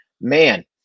man